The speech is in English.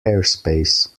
airspace